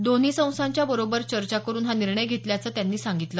दोन्ही संस्थांच्या बरोबर चर्चा करून हा निर्णय घेतल्याचं त्यांनी सांगितलं